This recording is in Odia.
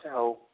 ଆଚ୍ଛା ହେଉ